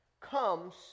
comes